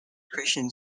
christian